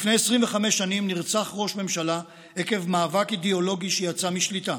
לפני 25 שנים נרצח ראש ממשלה עקב מאבק אידיאולוגי שיצא משליטה,